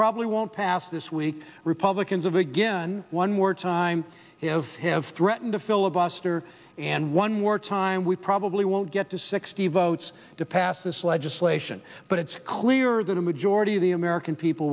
probably won't pass this week republicans of again one more time have threatened to filibuster and one more time we probably won't get to sixty votes to pass this legislation but it's clear that a majority of the american people